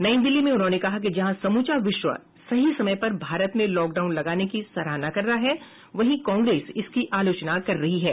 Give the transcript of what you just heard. नई दिल्ली में उन्होंने कहा कि जहां समूचा विश्व सही समय पर भारत में लॉकडाउन लगाने की सराहना कर रहा है वहीं कांग्रेस इसकी आलोचना कर रही है